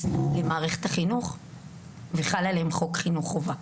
למערכת החינוך וחלה עליהם חוק חינוך חובה.